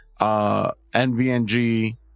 NVNG